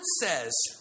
says